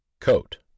Coat